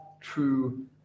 true